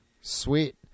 Sweet